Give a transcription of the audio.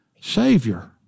Savior